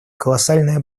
колоссальное